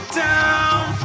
down